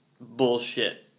bullshit